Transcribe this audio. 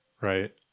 right